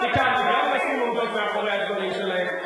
תיקנתי, גם נשים עומדות מאחורי הדברים שלהן.